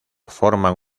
forman